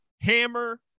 hammer